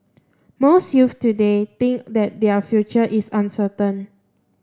most youths today think that their future is uncertain